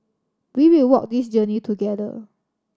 we will walk this journey together